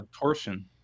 torsion